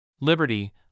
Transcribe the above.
Liberty